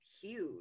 huge